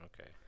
Okay